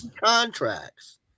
Contracts